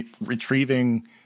retrieving